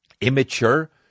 immature